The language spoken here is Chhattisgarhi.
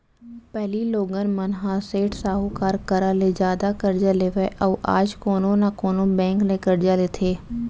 पहिली लोगन मन ह सेठ साहूकार करा ले जादा करजा लेवय अउ आज कोनो न कोनो बेंक ले करजा लेथे